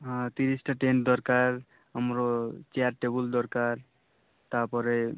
ହଁ ତିରିଶିଟା ଟେଣ୍ଟ୍ ଦରକାର ଆମର ଚେୟାର୍ ଟେବୁଲ୍ ଦରକାର ତାପରେ